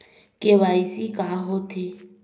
KYC का होथे?